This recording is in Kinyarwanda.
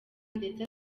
ndetse